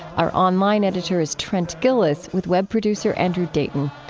our online editor is trent gilliss, with web producer andrew dayton.